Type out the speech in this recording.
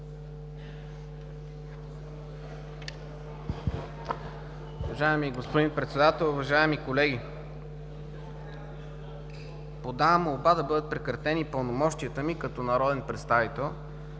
Уважаеми господин Председател, уважаеми колеги! Подавам молба да бъдат прекратени пълномощията ми като народен представител